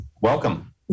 welcome